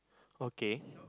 okay